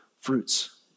fruits